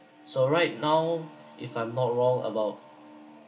so right now if I'm not wrong about